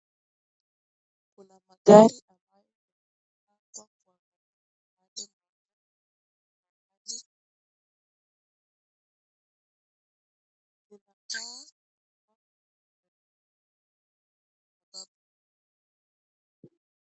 Kuna magari ambayo yameparkiwa kwa barabara. Inaonekana kama kuna foleni.